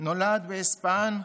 נולד באיספהאן,